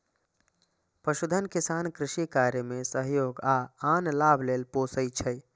पशुधन किसान कृषि कार्य मे सहयोग आ आन लाभ लेल पोसय छै